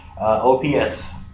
OPS